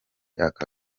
aka